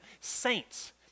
saints